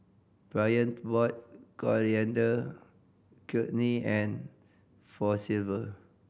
Brion bought Coriander Chutney for Silver